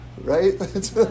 right